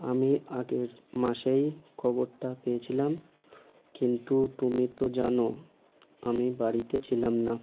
আমি আগের মাসেই খবরটা পেয়েছিলাম কিন্তু তুমি তো জানো আমি বাড়িতে ছিলাম না